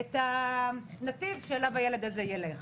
את הנתיב שאליו הילד הזה ילך.